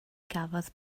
gafodd